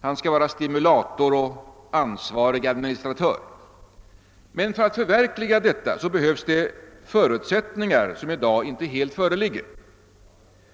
Han skall vara stimulator och ansvarig administratör. Men för att förverkliga detta behövs det förutsättningar som i dag inte helt föreligger.